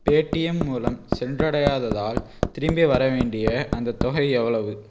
Paytm மூலம் சென்றடையாததால் திரும்பி வரவேண்டிய அந்தத் தொகை எவ்வளவு